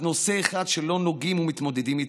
נושא אחד שלא נוגעים ומתמודדים איתו.